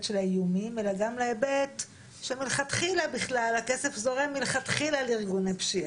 של האיומים אלא גם להיבט שמלכתחילה בכלל הכסף זורם לארגוני פשיעה.